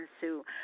Sue